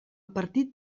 partit